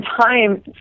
time